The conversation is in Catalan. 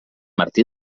martí